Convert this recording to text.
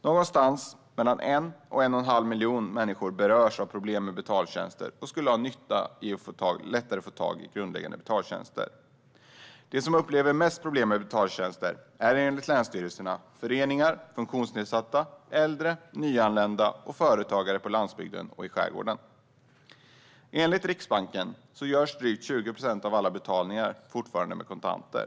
Någonstans mellan 1 och 1 1⁄2 miljon människor berörs av problem med betaltjänster och skulle ha nytta av att lättare få tag i grundläggande betaltjänster. De som upplever mest problem med betaltjänster är enligt länsstyrelserna föreningar, funktionsnedsatta, äldre, nyanlända och företagare på landsbygden och i skärgården. Enligt Riksbanken görs drygt 20 procent av alla betalningar fortfarande med kontanter.